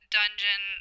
dungeon